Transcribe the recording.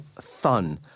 fun